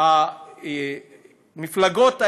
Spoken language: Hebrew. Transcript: מפלגות הימין,